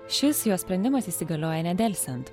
šis jo sprendimas įsigalioja nedelsiant